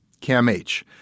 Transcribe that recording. CAMH